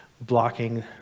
Blocking